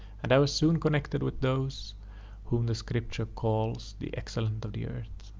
and i was soon connected with those whom the scripture calls the excellent of the earth.